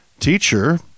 Teacher